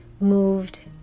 moved